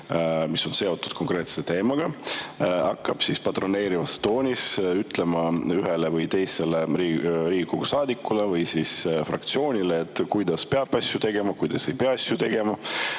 mis on seotud konkreetse teemaga, hakkab patroneerival toonil ütlema ühele või teisele Riigikogu saadikule või fraktsioonile, kuidas peab asju tegema ja kuidas ei pea asju tegema.